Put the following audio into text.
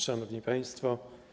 Szanowni Państwo!